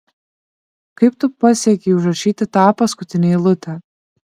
kaip tu pasiekei užrašyti tą paskutinę eilutę